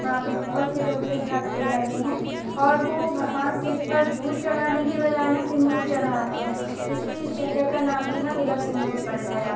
वहां पे बहुत से लोग से भक्त रहते हैं और वो भगवान शिव पर दूध चढ़ाने के बजाय ना सिन्दूर चढ़ाते हैं इसलिए इस जगह का नाम भी ना तिलक सिन्दूर पड़ गया